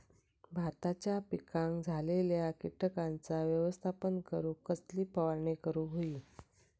भाताच्या पिकांक झालेल्या किटकांचा व्यवस्थापन करूक कसली फवारणी करूक होई?